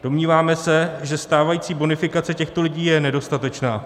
Domníváme se, že stávající bonifikace těchto lidí je nedostatečná.